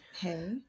Hey